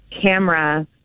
camera